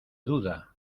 duda